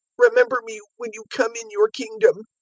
remember me when you come in your kingdom.